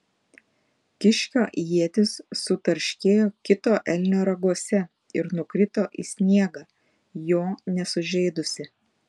kiškio ietis sutarškėjo kito elnio raguose ir nukrito į sniegą jo nesužeidusi